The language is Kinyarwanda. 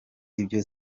ibyo